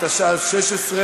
התשע"ז 2016,